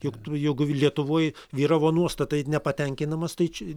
juk juk lietuvoj vyravo nuostata jei nepatenkinamas tai čia